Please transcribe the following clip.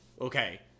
Okay